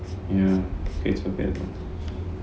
ya 可以做别的